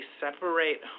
separate